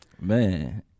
Man